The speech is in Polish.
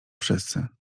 wszyscy